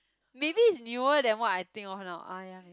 maybe it's newer than what I think of now ah ya ya yeah